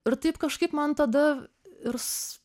ir taip kažkaip man tada ir s